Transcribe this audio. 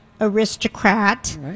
aristocrat